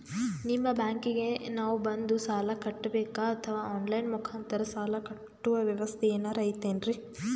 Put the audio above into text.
ನಿಮ್ಮ ಬ್ಯಾಂಕಿಗೆ ನಾವ ಬಂದು ಸಾಲ ಕಟ್ಟಬೇಕಾ ಅಥವಾ ಆನ್ ಲೈನ್ ಮುಖಾಂತರ ಸಾಲ ಕಟ್ಟುವ ವ್ಯೆವಸ್ಥೆ ಏನಾರ ಐತೇನ್ರಿ?